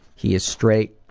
he is straight,